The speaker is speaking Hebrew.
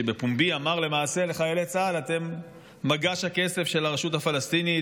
שבפומבי אמר למעשה לחיילי צה"ל: אתם מגש הכסף של הרשות הפלסטינית.